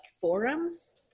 forums